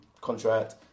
contract